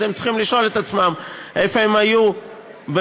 אז הם צריכים לשאול את עצמם איפה הם היו במשך,